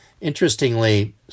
Interestingly